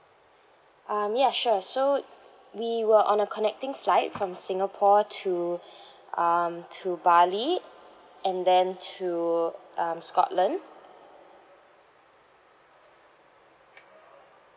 um ya sure so sure we were on a connecting flight from singapore to um to bali and then to um scotland